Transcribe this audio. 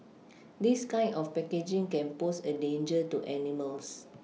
this kind of packaging can pose a danger to animals